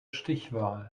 stichwahl